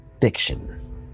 fiction